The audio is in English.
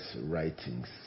writings